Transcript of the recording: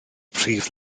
prif